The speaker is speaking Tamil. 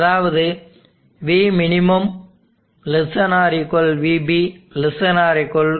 அதாவது Vmin ≤ VB ≤ Vmax